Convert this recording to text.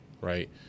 right